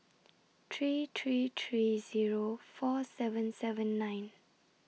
three three three Zero four seven seven nine